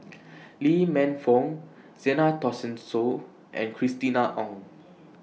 Lee Man Fong Zena Tessensohn and Christina Ong